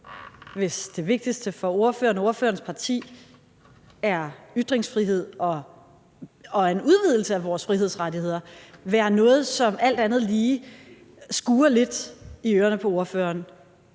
hvis det vigtigste for ordføreren og ordførerens parti er ytringsfrihed og en udvidelse af vores frihedsrettigheder, være noget, som alt andet lige skurrer lidt i ørerne på ordføreren,